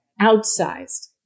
outsized